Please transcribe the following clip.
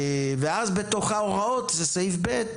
ואז בתוך ההוראות, זה סעיף ב'